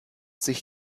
sich